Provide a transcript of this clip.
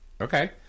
Okay